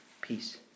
peace